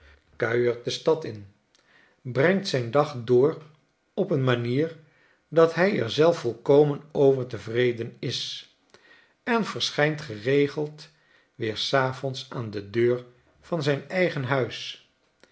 kuiert de stad in brengt zijn dag door op een manier dat hij er zelf volkomen over tevreden is en verschijnt geregeld weer s avonds aan de deur van zijn eigen huis